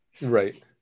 Right